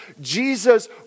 Jesus